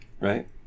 Right